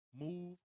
move